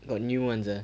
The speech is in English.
got new ones ah